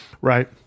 Right